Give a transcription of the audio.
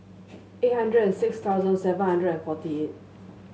eight hundred and six thousand seven hundred and forty eight